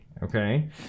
okay